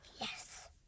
Yes